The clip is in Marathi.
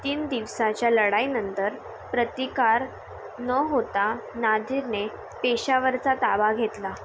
तीन दिवसांच्या लढाईनंतर प्रतिकार न होता नादिरने पेशावरचा ताबा घेतला